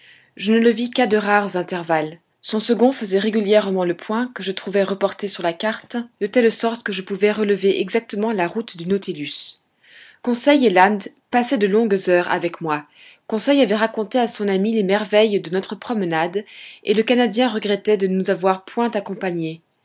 je ne le vis qu'à de rares intervalles son second faisait régulièrement le point que je trouvais reporté sur la carte de telle sorte que je pouvais relever exactement la route du nautilus conseil et land passaient de longues heures avec moi conseil avait raconté à son ami les merveilles de notre promenade et le canadien regrettait de ne nous avoir point accompagnés